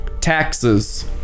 Taxes